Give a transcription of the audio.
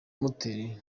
moteri